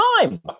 time